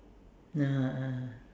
(uh huh) (uh huh)